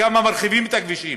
כמה מרחיבים את הכבישים,